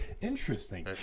Interesting